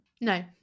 No